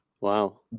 Wow